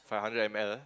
five hundred M_L